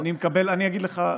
אני אגיד לך,